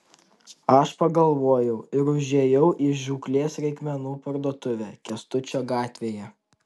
aš pagalvojau ir užėjau į žūklės reikmenų parduotuvę kęstučio gatvėje